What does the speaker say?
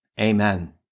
Amen